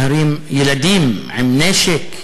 להרים ילדים עם נשק?